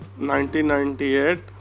1998